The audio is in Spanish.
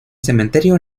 cementerio